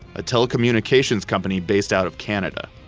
a telecommunications company based out of canada.